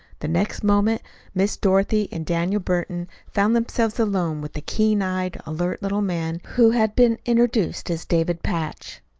the next moment miss dorothy and daniel burton found themselves alone with the keen-eyed, alert little man who had been introduced as david patch.